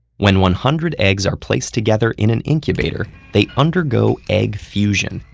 when one hundred eggs are placed together in an incubator, they undergo egg fusion,